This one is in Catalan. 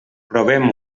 provem